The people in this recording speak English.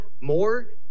more